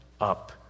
Up